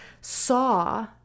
saw